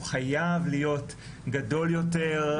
הוא חייב להיות גדול יותר.